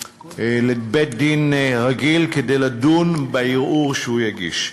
לבית-דין רגיל כדי לדון בערעור שהוא יגיש.